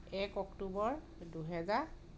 এক অক্টোবৰ দুহেজাৰ